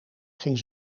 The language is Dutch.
ging